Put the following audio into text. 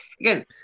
again